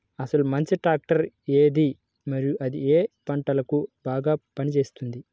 అసలు మంచి ట్రాక్టర్ ఏది మరియు అది ఏ ఏ పంటలకు బాగా పని చేస్తుంది?